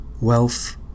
wealth